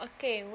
Okay